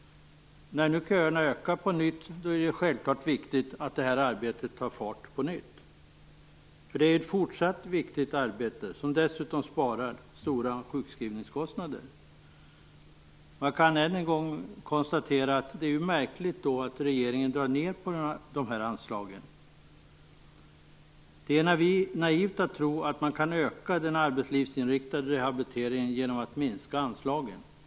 När nu köerna ökar på nytt är det självfallet viktigt att det här arbetet tar fart på nytt. Det är ju ett fortsatt viktigt arbete som dessutom sparar stora sjukskrivningskostnader. Man kan än en gång konstatera att det är märkligt att regeringen drar ned på de här anslagen. Det är naivt att tro att man kan öka den arbetslivsinriktade rehabiliteringen genom att minska anslagen.